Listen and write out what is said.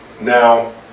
Now